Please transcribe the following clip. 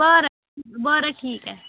बरं बरं ठीक आहे